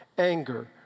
Anger